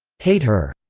hate her,